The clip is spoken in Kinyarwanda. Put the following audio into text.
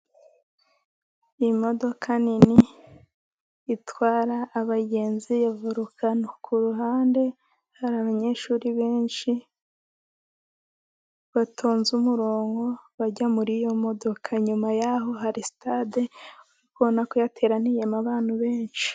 Imodoka nini itwara abagenzi ya Vorukano. Ku ruhande hari abanyeshuri benshi batonze umurongo， bajya muri iyo modoka，inyuma yaho hari sitade， uri kubona ko yateraniyemo abantu benshi.